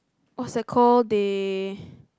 what's that call they